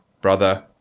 brother